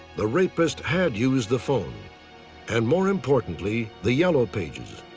the rapist had used the phone and, more importantly, the yellow pages.